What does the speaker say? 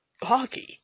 hockey